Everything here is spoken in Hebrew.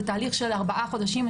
זה תהליך של ארבעה חודשים.